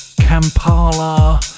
Kampala